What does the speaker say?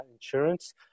insurance